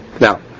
now